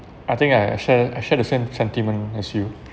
I think I I share I share the same sentiment as you